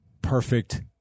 perfect